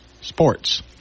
Sports